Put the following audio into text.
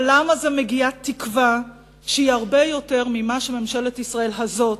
אבל לעם הזה מגיעה תקווה שהיא הרבה יותר ממה שממשלת ישראל הזאת